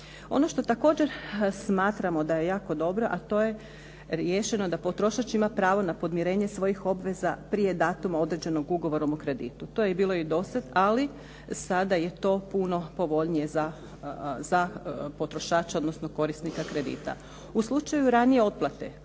Ono što također smatramo da je jako dobro, a to je riješeno da potrošač ima pravo na podmirenje svojih obveza prije datuma određenog ugovorom o kreditu. To je bilo i do sad, ali sada je to puno povoljnije za potrošača odnosno korisnika kredita. U slučaju ranije otplate,